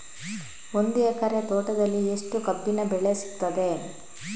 ಒಂದು ಎಕರೆ ತೋಟದಲ್ಲಿ ಎಷ್ಟು ಕಬ್ಬಿನ ಬೆಳೆ ಸಿಗುತ್ತದೆ?